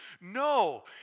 No